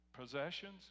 Possessions